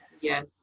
Yes